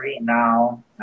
now